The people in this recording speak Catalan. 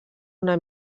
una